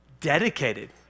Dedicated